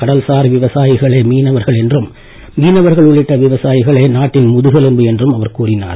கடல்சார் விவசாயிகளே மீனவர்கள் என்றும் மீனவர்கள் உள்ளிட்ட விவசாயிகளே நாட்டின் முதுகெலும்பு என்றும் அவர் கூறினார்